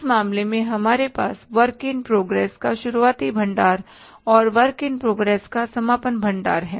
इस मामले में हमारे पास वर्क इन प्रोग्रेस का शुरुआती भंडार और वर्क इन प्रोग्रेस का समापन भंडार है